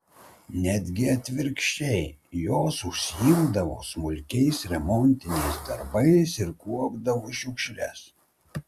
netgi atvirkščiai jos užsiimdavo smulkiais remontiniais darbais ir kuopdavo šiukšles